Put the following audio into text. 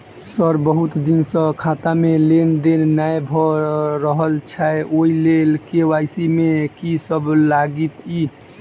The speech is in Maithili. सर बहुत दिन सऽ खाता मे लेनदेन नै भऽ रहल छैय ओई लेल के.वाई.सी मे की सब लागति ई?